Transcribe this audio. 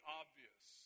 obvious